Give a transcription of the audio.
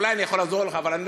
אולי אני יכול לעזור לך, אבל אני